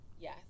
yes